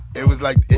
it was, like,